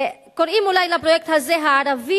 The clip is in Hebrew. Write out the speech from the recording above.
קוראים אולי לפרויקט הזה "הערבים